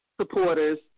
supporters